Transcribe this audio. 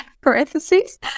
parentheses